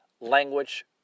language